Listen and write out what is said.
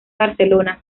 barcelona